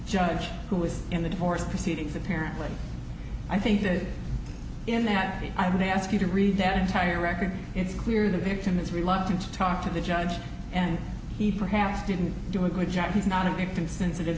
judge who was in the divorce proceedings apparently i think that in that i would ask you to read their entire record it's clear the victim is reluctant to talk to the judge and he perhaps didn't do a good job he's not a victim sensitive